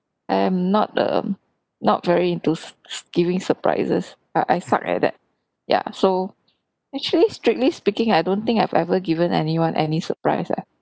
I'm not um not very into giving surprises I I suck at that ya so actually strictly speaking I don't think I've ever given anyone any surprise leh